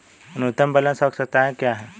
न्यूनतम बैलेंस आवश्यकताएं क्या हैं?